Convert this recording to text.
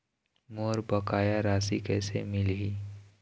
मोर बकाया राशि कैसे मिलही?